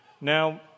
Now